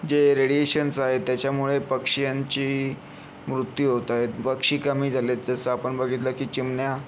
जे रेडिएशन्स आहेत त्याच्यामुळे पक्ष्यांचे मृत्यू होत आहेत पक्षी कमी झाले आहेत जसं आपण बघितलं की चिमण्या